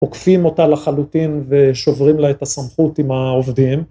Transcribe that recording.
עוקפים אותה לחלוטין ושוברים לה את הסמכות עם העובדים